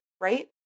right